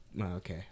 okay